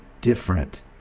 different